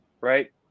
right